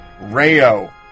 Rayo